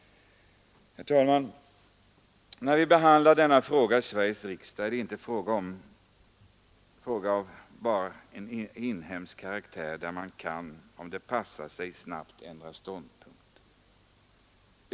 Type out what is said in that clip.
Herr talman! När vi behandlar denna fråga i Sveriges riksdag måste vi komma ihåg att det inte rör sig om en angelägenhet av bara inhemsk karaktär där man, om det passar sig, snabbt kan ändra ståndpunkt.